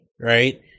right